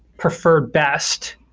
preferred best,